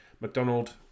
McDonald